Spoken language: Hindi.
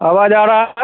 अवाज़ आ रही है